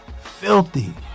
filthy